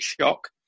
shock